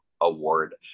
award